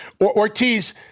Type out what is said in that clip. Ortiz